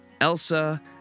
Elsa